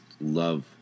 love